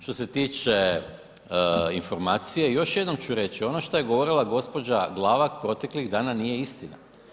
Što se tiče informacije, još jednom ću reći, ono šta je govorila gđa. Glavak proteklih dana nije istina.